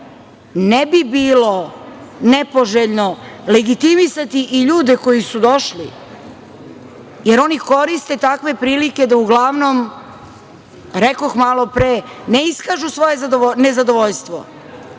ne bi bilo nepoželjno legitimisati i ljude koji su došli, jer oni koriste takve prilike da uglavnom, rekoh malopre, ne iskažu svoje nezadovoljstvo,